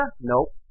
Nope